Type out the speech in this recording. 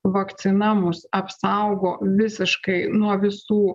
vakcina mus apsaugo visiškai nuo visų